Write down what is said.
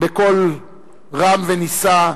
בקול רם ונישא,